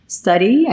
study